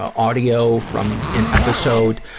audio from an episode.